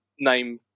name